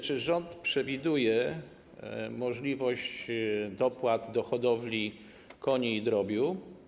Czy rząd przewiduje możliwość dopłat do hodowli koni i drobiu?